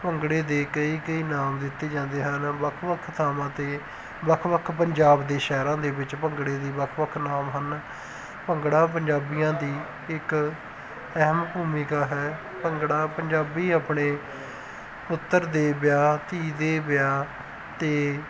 ਭੰਗੜੇ ਦੇ ਕਈ ਕਈ ਨਾਮ ਦਿੱਤੇ ਜਾਂਦੇ ਹਨ ਵੱਖ ਵੱਖ ਥਾਵਾਂ ਅਤੇ ਵੱਖ ਵੱਖ ਪੰਜਾਬ ਦੇ ਸ਼ਹਿਰਾਂ ਦੇ ਵਿੱਚ ਭੰਗੜੇ ਦੇ ਵੱਖ ਵੱਖ ਨਾਮ ਹਨ ਭੰਗੜਾ ਪੰਜਾਬੀਆਂ ਦੀ ਇੱਕ ਅਹਿਮ ਭੂਮਿਕਾ ਹੈ ਭੰਗੜਾ ਪੰਜਾਬੀ ਆਪਣੇ ਪੁੱਤਰ ਦੇ ਵਿਆਹ ਧੀ ਦੇ ਵਿਆਹ 'ਤੇ